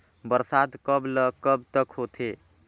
बरसात कब ल कब तक होथे?